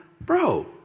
Bro